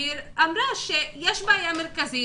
והיא אמרה שיש בעיה מרכזית,